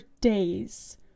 days